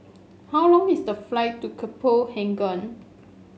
how long is the flight to Copenhagen